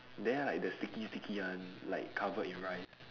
there like the sticky sticky one like covered in rice